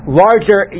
larger